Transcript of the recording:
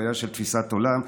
בעיה של תפיסת עולם.